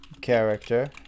character